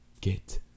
get